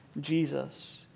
Jesus